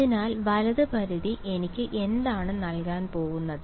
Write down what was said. അതിനാൽ വലത് പരിധി എനിക്ക് എന്താണ് നൽകാൻ പോകുന്നത്